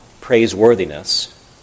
praiseworthiness